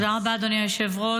תודה רבה, אדוני היושב-ראש.